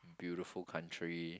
beautiful country